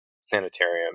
sanitarium